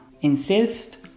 Insist